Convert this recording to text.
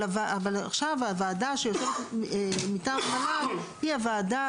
אבל עכשיו הוועדה שיושבת מטעם המל"ג היא הוועדה